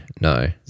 No